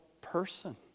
person